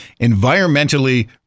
environmentally